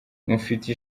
mufite